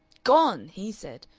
gone! he said.